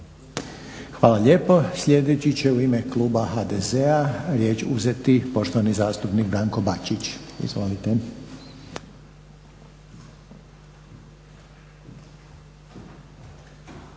Hvala lijepo. Sljedeći će u ime kluba HDZ-a riječ uzeti poštovani zastupnik Branko Bačić. Izvolite.